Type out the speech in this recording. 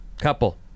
couple